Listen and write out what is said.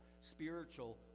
Spiritual